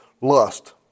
lust